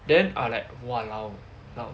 then I like !walao! now